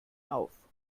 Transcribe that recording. auf